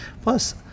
Plus